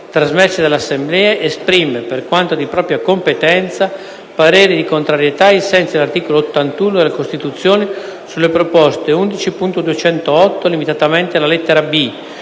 trasmessi dall’Assemblea, esprime, per quanto di propria competenza, parere contrario, ai sensi dell’articolo 81 della Costituzione, sugli emendamenti 7.800 (limitatamente alla lettera